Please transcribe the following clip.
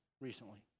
recently